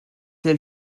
lil